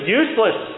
useless